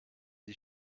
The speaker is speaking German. die